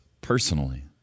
personally